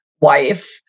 wife